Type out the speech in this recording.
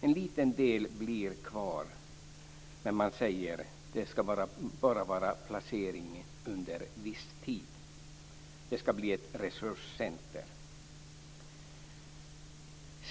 En liten del blir kvar, men man säger att det bara ska vara placering under viss tid. Det ska bli ett resurscentrum.